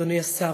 אדוני השר,